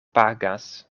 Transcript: pagas